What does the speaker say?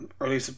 early